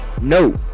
no